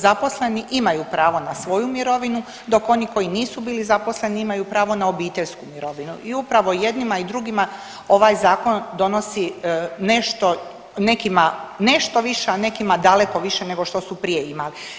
Zaposleni imaju pravo na svoju mirovinu dok oni koji nisu bili zaposleni imaju pravo na obiteljsku mirovinu i upravo jedinima i drugima ovaj Zakon donosi, nešto, nekima nešto više, a nekima daleko više nego što su prije imali.